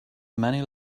many